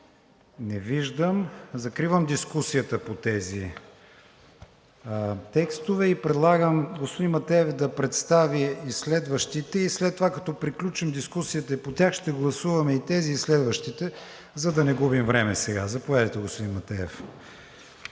Не виждам. Закривам дискусията по тези текстове и предлагам господин Матеев да представи и следващите и след това, като приключим дискусията и по тях, ще гласуваме и тези, и следващите, за да не губим време сега. Заповядайте, господин Матеев.